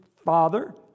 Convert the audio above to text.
Father